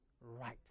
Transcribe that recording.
right